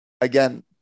Again